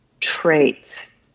traits